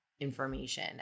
Information